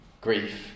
grief